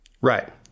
Right